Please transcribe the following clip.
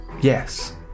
yes